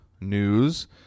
news